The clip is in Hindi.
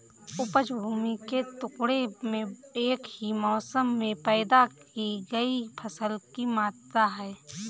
उपज भूमि के टुकड़े में एक ही मौसम में पैदा की गई फसल की मात्रा है